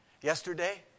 Yesterday